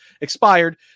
expired